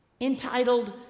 entitled